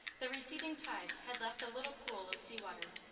the receding tide had left a little pool of sea-water.